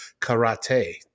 karate